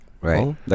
Right